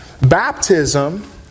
Baptism